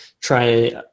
try